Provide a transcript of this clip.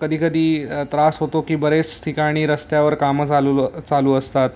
कधीकधी त्रास होतो की बरेच ठिकाणी रस्त्यावर कामं चालू चालू असतात